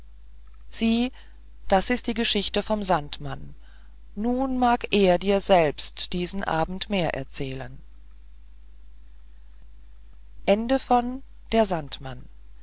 sieh das ist die geschichte vom sandmann nun mag er dir selbst diesen abend mehr erzählen